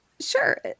Sure